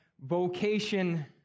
Vocation